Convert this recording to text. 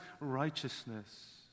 righteousness